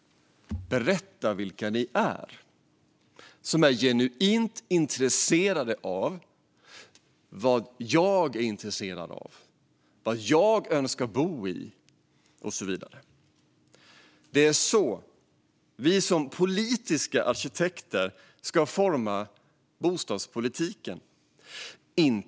Berätta vilka ni är! De är genuint intresserade av vad jag är intresserad av, vad jag önskar bo i och så vidare. Det är på det sättet vi som politiska arkitekter ska forma bostadspolitiken.